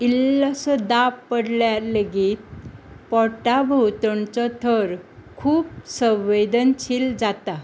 इल्लोसो दाब पडल्यार लेगीत पोटा भोंवतणचो थर खूब संवेदनशील जाता